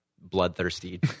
bloodthirsty